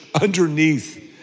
underneath